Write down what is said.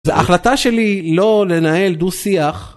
ההחלטה שלי לא לנהל דו שיח.